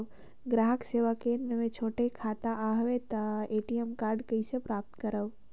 ग्राहक सेवा केंद्र मे छोटे खाता हवय त ए.टी.एम कारड कइसे प्राप्त करव?